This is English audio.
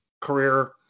career